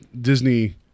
Disney